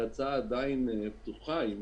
ההצעה עדיין פתוחה.